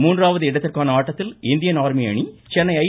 மூன்றாவது இடத்திற்கான ஆட்டத்தில் இந்தியன் ஆர்மி அணி சென்னை ஐ